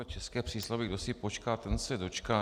České přísloví Kdo si počká, ten se dočká.